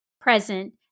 present